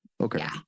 Okay